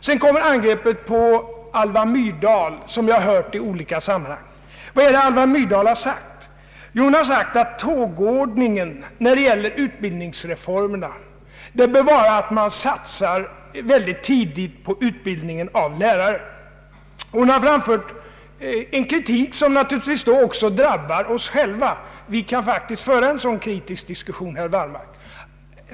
Sedan kom angreppet mot Alva Myrdal, som framförts i olika sammanhang. Vad är det då Alva Myrdal sagt? Jo, hon har sagt att tågordningen när det gäller utbildningsreformerna bör vara att man mycket tidigt satsar på utbildning av lärare. Hon har framfört en kritik, som naturligtvis då också drabbar oss själva — vi kan faktiskt föra en sådan kritisk diskussion, herr Wallmark.